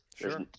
Sure